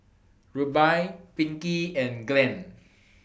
Rubye Pinkey and Glenn